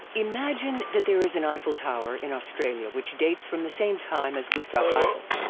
imagine that there is an eiffel tower in australia which dates from the same time as gustave eiffel.